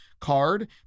card